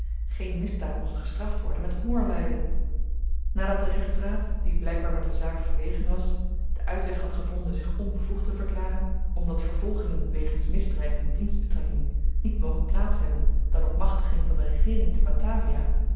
geen misdaad mocht gestraft worden met hongerlyden nadat de rechtsraad die blykbaar met de zaak verlegen was den uitweg had gevonden zich onbevoegd te verklaren omdat vervolgingen wegens misdryf in dienstbetrekking niet mogen plaats hebben dan op machtiging van de regeering te batavia